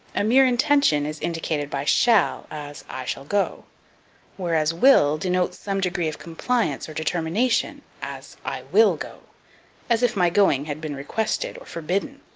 a mere intention is indicated by shall, as, i shall go whereas will denotes some degree of compliance or determination, as, i will go as if my going had been requested or forbidden.